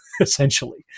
essentially